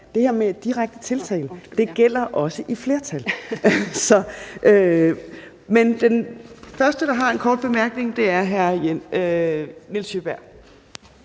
her med direkte tiltale også gælder i flertal. Den første, der har en kort bemærkning, er hr. Niels Sjøberg.